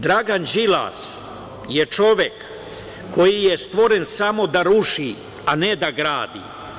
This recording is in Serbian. Dragan Đilas je čovek koji je stvoren samo da ruši a ne da gradi.